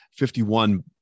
51